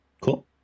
Cool